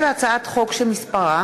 יצחק הרצוג,